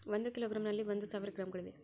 ಒಂದು ಕಿಲೋಗ್ರಾಂ ನಲ್ಲಿ ಒಂದು ಸಾವಿರ ಗ್ರಾಂಗಳಿವೆ